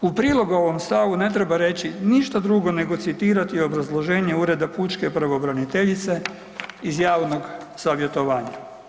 U prilog ovom stavu ne treba reći ništa drugo nego citirati obrazloženje Ureda pučke pravobraniteljice iz javnog savjetovanja.